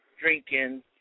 drinking